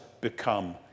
become